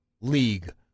league